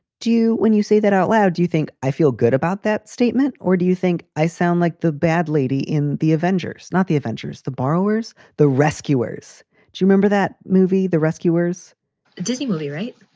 do you when you say that out loud, do you think i feel good about that statement, or do you think i sound like the bad lady in the avengers, not the avengers? the borrowers the rescuers do remember that movie. the rescuers didn't really write.